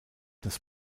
das